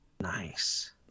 Nice